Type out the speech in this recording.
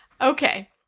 Okay